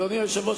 אדוני היושב-ראש,